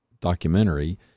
documentary